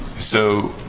so,